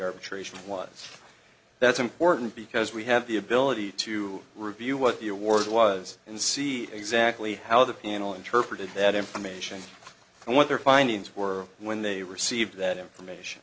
arbitration was that's important because we have the ability to review what the award was and see exactly how the panel interpreted that information and what their findings were when they received that information